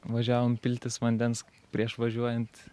važiavom piltis vandens prieš važiuojant